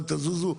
אל תזוזו,